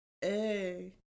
hey